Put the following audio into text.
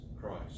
Christ